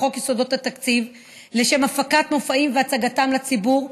לחוק יסודות התקציב לשם הפקת מופעים והצגתם לציבור,